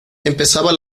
empezaba